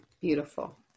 beautiful